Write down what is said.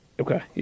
Okay